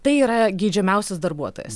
tai yra geidžiamiausias darbuotojas